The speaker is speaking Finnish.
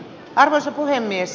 arvoisa puhemies